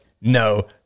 No